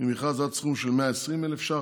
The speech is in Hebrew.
ממכרז עד סכום של 120,000 ש"ח,